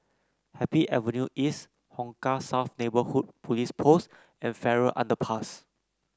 Happy Avenue East Hong Kah South Neighbourhood Police Post and Farrer Underpass